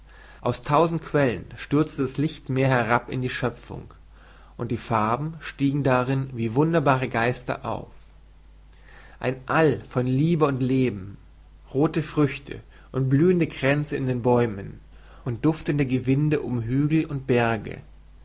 aus tausend quellen stürzte das lichtmeer herab in die schöpfung und die farben stiegen darin wie wunderbare geister auf ein all von liebe und leben rothe früchte und blühende kränze in den bäumen und duftende gewinde um hügel und berge